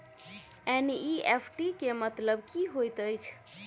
NEFT केँ मतलब की होइत अछि?